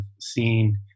seen